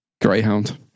Greyhound